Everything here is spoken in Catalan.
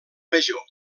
major